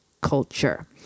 culture